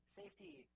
safety